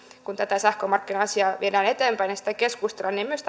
kun tätä sähkömarkkina asiaa viedään eteenpäin ja siitä keskustellaan myös